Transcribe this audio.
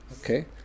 Okay